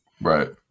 Right